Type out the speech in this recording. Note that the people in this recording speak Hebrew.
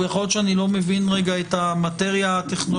יכול להיות שאני לא מבין פה את המטריה הטכנולוגית,